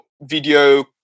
video